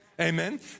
Amen